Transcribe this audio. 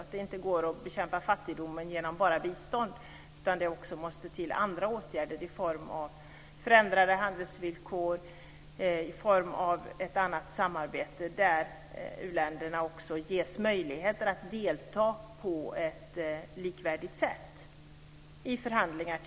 Det går inte att bekämpa fattigdomen bara genom bistånd, utan det måste också till andra åtgärder i form av förändrade handelsvillkor och ett annat samarbete, där u-länderna också ges möjligheter att delta på ett likvärdigt sätt i t.ex. förhandlingar.